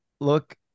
Look